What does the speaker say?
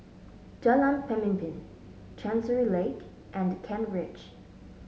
Jalan Pemimpin Chancery Lane and Kent Ridge